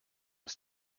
ist